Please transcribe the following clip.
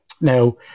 now